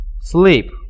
sleep